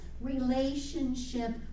relationship